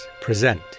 present